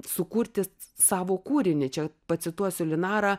sukurti savo kūrinį čia pacituosiu linarą